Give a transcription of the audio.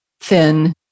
thin